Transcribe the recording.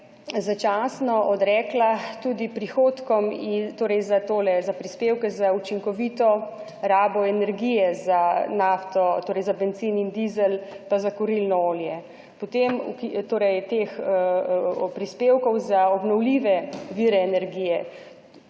začasno odrekla tudi prihodkom in torej za tole, za prispevke za učinkovito rabo energije, za nafto, torej za bencin in dizel, pa za kurilno olje. Potem torej teh prispevkov za obnovljive vire energije